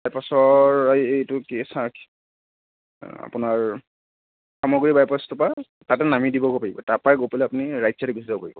বাইপাছৰ এ এইটো কি আপোনাৰ জামুগুৰি বাইপাছটোৰ পৰা তাতে নামি দিবগৈ পাৰিব তাৰ পৰাই গৈ পেলাই আপুনি ৰাইট ছাইদে গুছি যাব পাৰিব